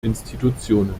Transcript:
institutionen